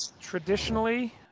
traditionally